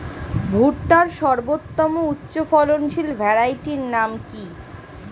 ভুট্টার সর্বোত্তম উচ্চফলনশীল ভ্যারাইটির নাম কি?